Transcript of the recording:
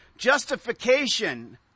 Justification